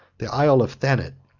the isle of thanet,